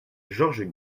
georges